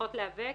צריכות להיאבק.